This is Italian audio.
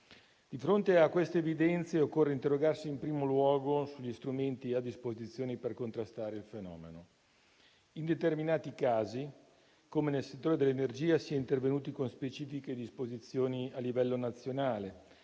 Di fronte a queste evidenze, occorre interrogarsi in primo luogo sugli strumenti a disposizioni per contrastare il fenomeno. In determinati casi, come nel settore dell'energia, si è intervenuti con specifiche disposizioni a livello nazionale: